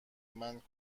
مند